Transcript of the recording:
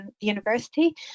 university